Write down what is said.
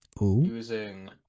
using